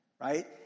right